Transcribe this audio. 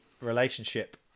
relationship